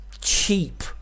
cheap